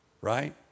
right